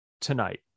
tonight